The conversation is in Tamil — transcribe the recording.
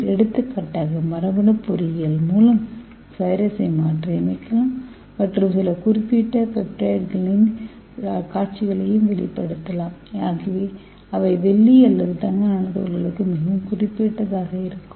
எடுத்துக்காட்டாக மரபணு பொறியியல் மூலம் வைரஸை மாற்றியமைக்கலாம் மற்றும் சில குறிப்பிட்ட பெப்டைட் காட்சிகளை வெளிப்படுத்தலாம் அவை வெள்ளி அல்லது தங்க நானோ துகள்களுக்கு மிகவும் குறிப்பிட்டதாக இருக்கலாம்